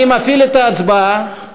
אני מפעיל את ההצבעה.